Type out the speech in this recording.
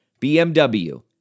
BMW